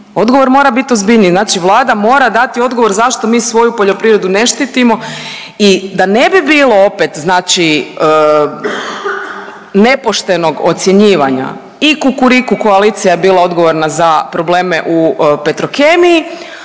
odgovor mora biti ozbiljniji. Znači Vlada mora dati odgovor zašto mi svoju poljoprivrednu ne štitimo i da ne bi bilo opet znači nepoštenog ocjenjivanja i Kukuriku koalicija je bila odgovorna za probleme u Petrokemiji,